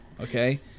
okay